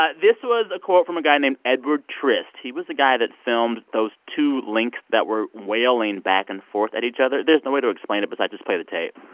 ah this was a quote from a guy named edward trist. he was the guy that filmed those two lynx that were wailing back and forth at each other. there's no way to explain it, besides just play the tape